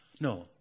No